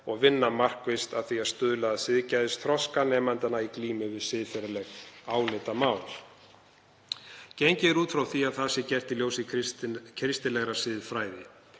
og vinna markvisst að því að stuðla að siðgæðisþroska nemendanna í glímu við siðferðileg álitamál. Gengið er út frá því að það sé gert í ljósi kristilegrar siðfræði.“